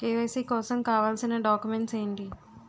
KYC కోసం కావాల్సిన documents ఎంటి?